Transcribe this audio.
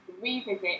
revisit